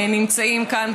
שנמצאים כאן,